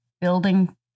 building